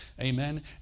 Amen